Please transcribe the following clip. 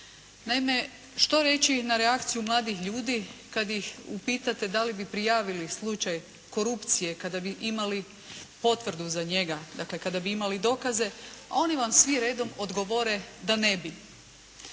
Naime, što reći na reakciju mladih ljudi kada ih upitate da li bi prijavili slučaj korupcije kada bi imali potvrdu za njega, dakle kada bi imali dokaze? Oni vam svi redom odgovore da ne bi.